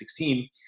2016